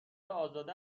ازاده